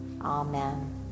Amen